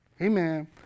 Amen